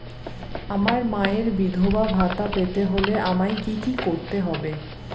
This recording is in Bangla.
আমার মায়ের বিধবা ভাতা পেতে হলে আমায় কি কি করতে হবে?